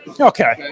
Okay